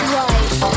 right